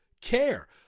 care